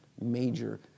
major